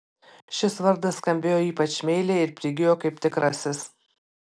šis vardas skambėjo ypač meiliai ir prigijo kaip tikrasis